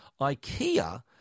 IKEA